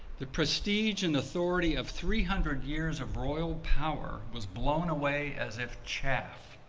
the prestige and authority of three hundred years of royal power was blown away as if chaff,